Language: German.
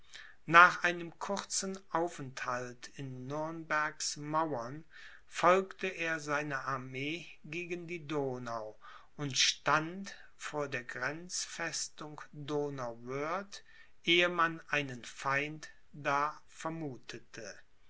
nach einem kurzen aufenthalt in nürnbergs mauern folgte er seiner armee gegen die donau und stand vor der grenzfestung donauwörth ehe man einen feind da vermuthete